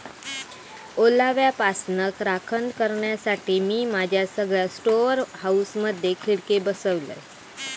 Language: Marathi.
ओलाव्यापासना राखण करण्यासाठी, मी माझ्या सगळ्या स्टोअर हाऊसमधे खिडके बसवलय